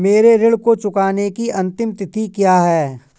मेरे ऋण को चुकाने की अंतिम तिथि क्या है?